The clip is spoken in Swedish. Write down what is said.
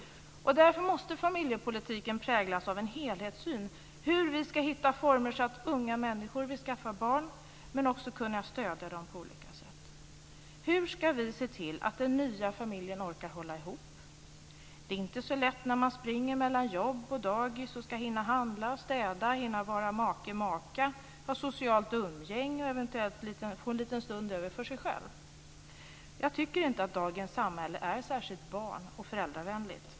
Därför måste familjepolitiken präglas av en helhetssyn. Det handlar om hur vi ska hitta former så att unga människor vill skaffa barn men också om att kunna stödja dem på olika sätt. Hur ska vi se till att den nya familjen orkar hålla ihop? Det är inte så lätt när man springer mellan jobb och dagis och ska hinna handla och städa. Man ska hinna vara make och maka, ha socialt umgänge och eventuellt få en liten stund över för sig själv. Jag tycker inte att dagens samhälle är särskilt barn och föräldravänligt.